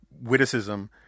witticism